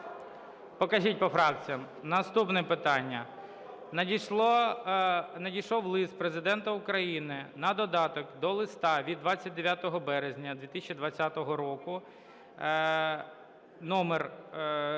Покажіть по фракціям. Наступне питання. Надійшов лист Президента України на додаток до листа від 29 березня 2020 року №